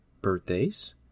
birthdays